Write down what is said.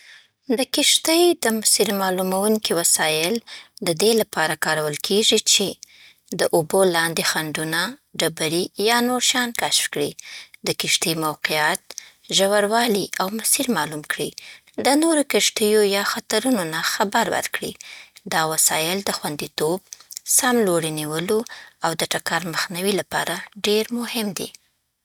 د کښتۍ د مسیر معلوموونکي وسایل د دې لپاره کارول کېږي چې: د اوبو لاندې خنډونه، ډبرې، یا نور شیان کشف کړي. د کښتۍ موقعیت، ژوروالی او مسیر معلوم کړي. د نورو کښتیو یا خطرونو نه خبر ورکړي. دا وسایل د خوندیتوب، سم لوري نیولو، او د ټکر مخنیوي لپاره ډېر مهم دي.